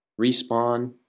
respawn